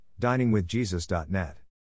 DiningWithJesus.net